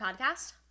podcast